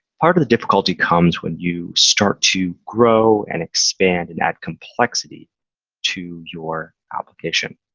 part of the difficulty comes when you start to grow and expand and add complexity to your application.